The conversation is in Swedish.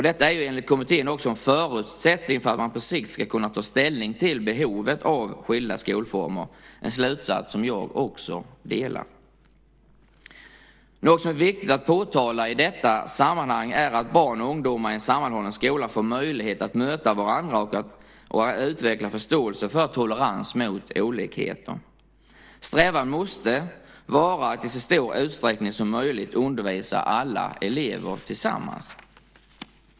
Detta är enligt kommittén också en förutsättning för att man på sikt ska kunna ta ställning till behovet av skilda skolformer. Det är en slutsats som jag håller med om. Något som är viktigt att påtala i detta sammanhang är att barn och ungdomar i en sammanhållen skola får möjlighet att möta varandra och att utveckla förståelse för tolerans mot olikheter. Strävan måste vara att i så stor utsträckning som möjligt undervisa alla elever tillsammans.